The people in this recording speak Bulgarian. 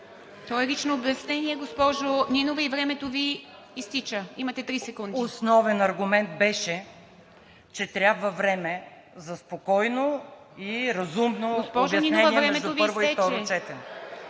Това е лично обяснение, госпожо Нинова, и времето Ви изтича. Имате 3 секунди. КОРНЕЛИЯ НИНОВА: Основен аргумент беше, че трябва време за спокойно и разумно обяснение между първо и второ четене.